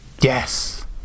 Yes